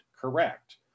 correct